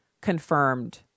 confirmed